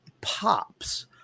pops